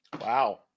Wow